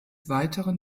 weiteren